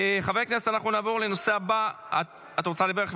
חברי הכנסת, אנחנו נעבור לנושא הבא, את רוצה לברך?